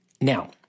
Now